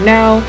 now